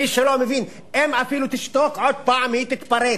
מי שלא מבין, אם אפילו תשתוק, עוד פעם היא תתפרץ.